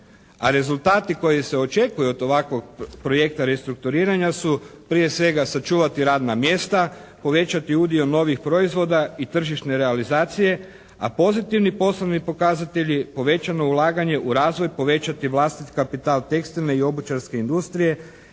A rezultati koji se očekuju od ovakvog projekta restrukturiranja su prije svega sačuvati radna mjesta, povećati udio novih proizvoda i tržišne realizacije, a pozitivni poslovni pokazatelji, povećano ulaganje u razvoj, povećati vlastiti kapital tekstilne i obućarske industrije